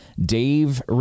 Dave